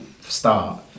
start